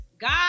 God